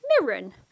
Mirren